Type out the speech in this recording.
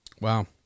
wow